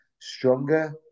stronger